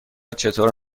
چطور